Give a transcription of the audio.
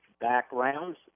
backgrounds